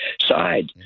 side